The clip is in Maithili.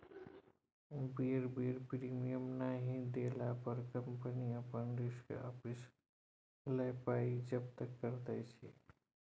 बेर बेर प्रीमियम नहि देला पर कंपनी अपन रिस्क आपिस लए पाइ जब्त करैत छै